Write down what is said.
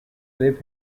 live